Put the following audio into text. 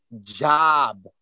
job